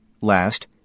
last